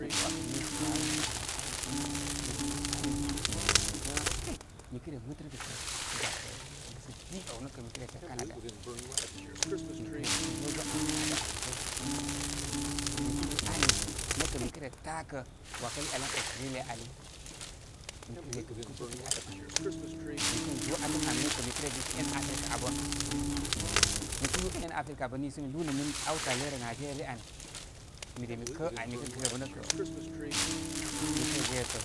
Mi kə wakə mesi baa wani nə nwal nə nooal ani. Mikə lúú ani nə mikə mɨtərəgə gyakə gɨsə di áw nə kə mi kə resə canada, mi kə re mi kə zógə ar canada ai bə. Mi kə lúú ani, nə kə mi re takə wakəl ieyal ən austreliya ali. Mi kə re rekə mi kə zótə gə atəm ami mi kən zo attəm ami nə kə mikə re gɨkə én africa abə. Mi lúú én africa abə niisə mi lúú min awtə nigeria re án mi re mi kə ai mi kə gɨ abə nə kə, mi kə re rekə